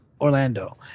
Orlando